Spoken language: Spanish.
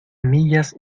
millas